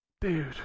dude